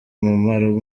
umumaro